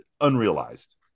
unrealized